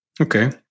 Okay